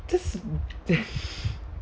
just